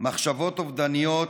מחשבות אובדניות,